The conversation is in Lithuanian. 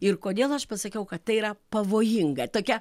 ir kodėl aš pasakiau kad tai yra pavojinga tokia